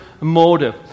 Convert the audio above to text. motive